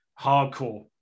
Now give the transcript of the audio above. hardcore